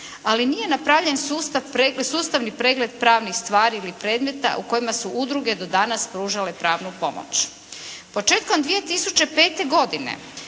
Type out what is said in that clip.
ali nije napravljen sustavni pregled pravnih stvari ili predmeta u kojima su udruge do danas pružale pravnu pomoć. Početkom 2005. godine